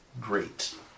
great